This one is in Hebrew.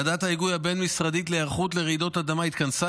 ועדת ההיגוי הבין-משרדית להיערכות לרעידות אדמה התכנסה